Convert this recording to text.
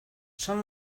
son